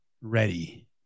ready